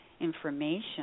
information